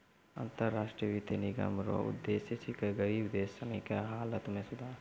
अन्तर राष्ट्रीय वित्त निगम रो उद्देश्य छिकै गरीब देश सनी के हालत मे सुधार